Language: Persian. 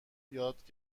یاد